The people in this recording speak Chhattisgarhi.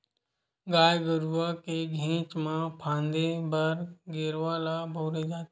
गाय गरुवा के घेंच म फांदे बर गेरवा ल बउरे जाथे